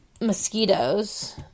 mosquitoes